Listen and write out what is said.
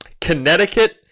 Connecticut